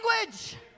language